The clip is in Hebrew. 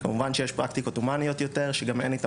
כמובן שיש פרקטיקות הומניות יותר שגם אין איתן